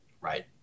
right